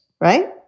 right